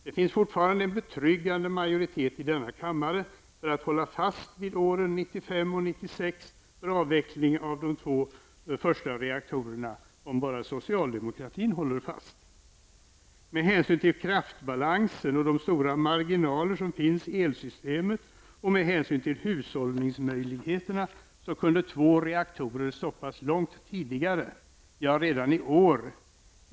Det finns fortfarande en betryggande majoritet i denna kammare för att hålla fast vid åren 1995 och 1996 för avveckling av de två första reaktorerna, om bara socialdemokraterna håller fast vid det. Med hänsyn till kraftbalansen och de stora marginaler som finns i elsystemet och med hänsyn till hushållningsmöjligheterna, så kunde två reaktorer stoppas långt tidigare, ja redan i år.